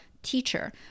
teacher